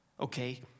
okay